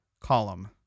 column